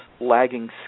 lagging